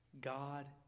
God